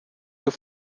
your